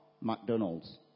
McDonald's